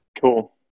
Cool